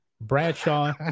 Bradshaw